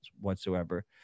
whatsoever